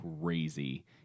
crazy